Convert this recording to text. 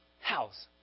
house